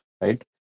right